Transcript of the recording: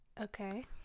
Okay